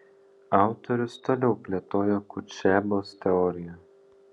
autorius toliau plėtojo kutšebos teoriją